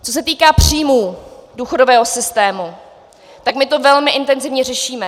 Co se týká příjmů důchodového systému, tak my to velmi intenzivně řešíme.